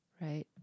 right